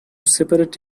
separate